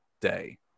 day